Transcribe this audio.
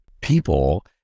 people